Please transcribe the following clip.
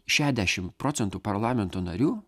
šedešimt procentų parlamento narių